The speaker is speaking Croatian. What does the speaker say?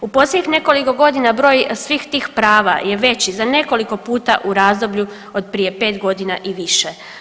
U posljednjih nekoliko godina broj svih tih prava je veći za nekoliko puta u razdoblju od prije 5.g. i više.